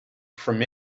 from